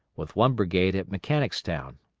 with one brigade at mechanicstown.